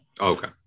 okay